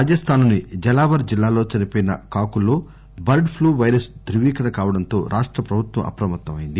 రాజస్దాన్ లోని జలావర్ జిల్లాలో చనిపోయిన కాకుల్లో బర్డ్ ప్లూ వైరస్ దృవీకరణ కావడంతో రాష్ట ప్రభుత్వం అప్రమత్తమైంది